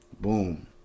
Boom